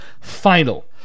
final